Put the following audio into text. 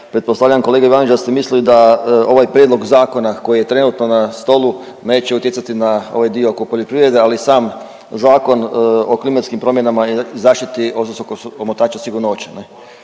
pretpostavljam kolega Ivanović da ste mislili da ovaj prijedlog zakona koji je trenutno na stolu neće utjecati na ovaj dio oko poljoprivrede, ali i sam Zakon o klimatskim promjenama i zaštiti ozonskog omotača sigurno